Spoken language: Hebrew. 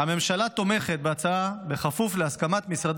הממשלה תומכת בהצעה בכפוף להסכמת משרד